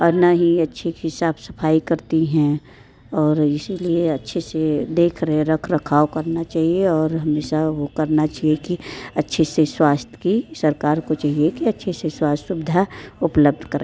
और ना ही अच्छे से साफ़ सफ़ाई करती हैं और इसी लिए अच्छे से देख रहे रख रखाव करना चाहिए और हमेशा वो करना चाहिए कि अच्छे से स्वास्थ्य की सरकार को चाहिए कि अच्छे से स्वास्थ्य सुविधा उपलब्ध करे